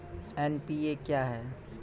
NPA क्या हैं?